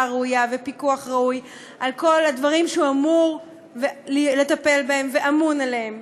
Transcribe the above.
ראויה ופיקוח ראוי על כל הדברים שהוא אמור לטפל בהם ואמון עליהם,